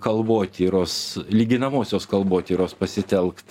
kalbotyros lyginamosios kalbotyros pasitelkt